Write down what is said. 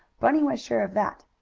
bunny was sure of that.